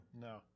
No